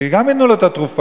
שגם לו ייתנו את התרופה?